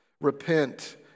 repent